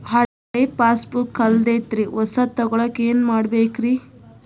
ಹಳೆ ಪಾಸ್ಬುಕ್ ಕಲ್ದೈತ್ರಿ ಹೊಸದ ತಗೊಳಕ್ ಏನ್ ಮಾಡ್ಬೇಕರಿ?